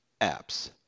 Apps